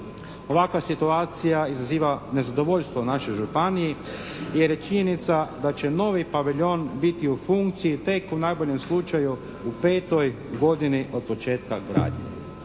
Ovakva situacija izaziva nezadovoljstvo naše županije jer je činjenica da će novi paviljon biti u funkciji tek u najboljem slučaju u 5. godini od početka gradnje.